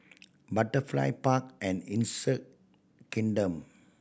Butterfly Park and Insect Kingdom